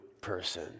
person